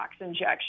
injections